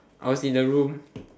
I was in the room